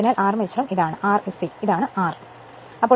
അതിനാൽ അർമേച്ചറും ഇതാണ് Rse ഇതാണ് R